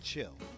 Chill